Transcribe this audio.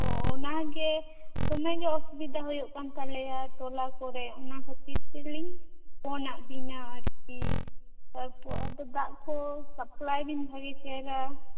ᱚᱱᱟ ᱜᱮ ᱫᱚᱢᱮ ᱜᱮ ᱚᱥᱩᱵᱤᱫᱟ ᱦᱩᱭᱩᱜ ᱠᱟᱱ ᱛᱟᱞᱮᱭᱟ ᱴᱚᱞᱟ ᱠᱚᱨᱮ ᱚᱱᱟ ᱠᱷᱟᱹᱛᱤᱨ ᱛᱤᱞᱤᱧ ᱯᱷᱳᱱᱟᱫ ᱵᱮᱱᱟ ᱟᱨᱠᱤ ᱛᱟᱨ ᱯᱚᱨ ᱫᱟᱜᱽ ᱠᱚ ᱥᱟᱯᱞᱟᱭ ᱵᱮᱱ ᱵᱷᱟᱹᱜᱤ ᱪᱮᱦᱮᱨᱟ